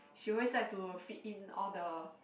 she always likes to fit in all the